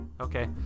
Okay